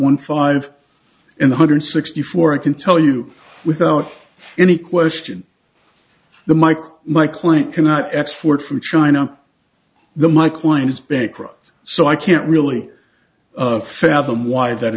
one five in one hundred sixty four i can tell you without any question the micro my client cannot export from china the my client is bankrupt so i can't really fathom why that